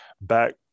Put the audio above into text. back –